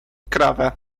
krowę